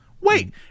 Wait